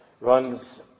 runs